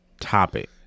topic